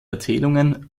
erzählungen